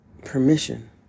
Permission